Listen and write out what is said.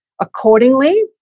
accordingly